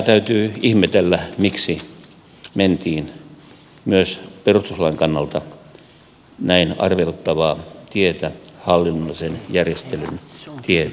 täytyy ihmetellä tätä miksi mentiin myös perustuslain kannalta näin arveluttavaa tietä hallinnollisen järjestelyn tietä